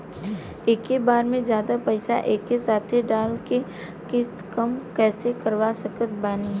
एके बार मे जादे पईसा एके साथे डाल के किश्त कम कैसे करवा सकत बानी?